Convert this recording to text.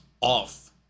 off